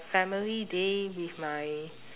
family day with my